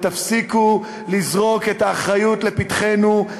ותפסיקו לזרוק את האחריות לפתחנו,